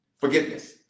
Forgiveness